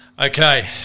Okay